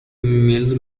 mills